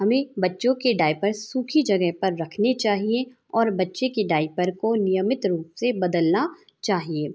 हमें बच्चो के डायपर्स सूखी जगह पर रखनी चाहिए और बच्चे की डायपर को नियमित रूप से बदलना चाहिए